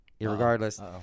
irregardless